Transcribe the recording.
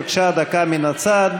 בבקשה, דקה מן הצד.